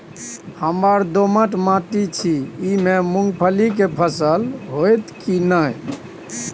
हमर दोमट माटी छी ई में मूंगफली के फसल होतय की नय?